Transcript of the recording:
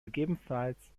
gegebenenfalls